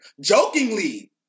Jokingly